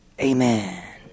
amen